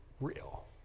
real